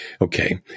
Okay